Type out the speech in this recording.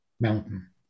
mountain